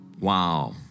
wow